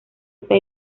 está